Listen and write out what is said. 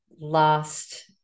last